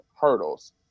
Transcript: hurdles